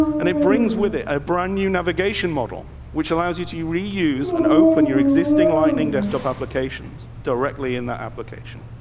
and it brings with it a brand new navigation model, which allows you to you reuse an open your existing lightning desktop applications directly in the application.